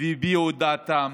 והביעו את דעתם.